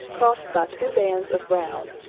crossed by two bands of brown.